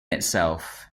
itself